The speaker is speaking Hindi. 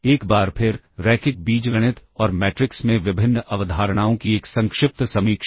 एक बार फिर रैखिक बीजगणित और मैट्रिक्स में विभिन्न अवधारणाओं की एक संक्षिप्त समीक्षा